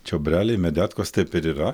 čiobreliai medetkos taip ir yra